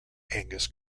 angus